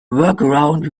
workaround